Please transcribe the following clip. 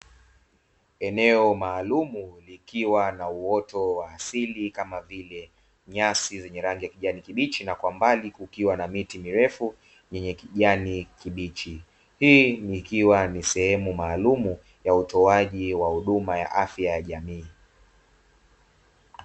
Eneo maalum likiwa na uoto wa asili kama vile nyasi zenye rangi ya kijani kibichi na kwa mbali kukiwa na miti mirefu yenye kijani kibichi, hii ikiwa ni sehemu maalumu ya utoaji wa huduma ya afya ya jamii.